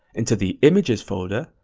into the images folder,